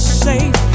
safe